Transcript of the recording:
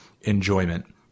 enjoyment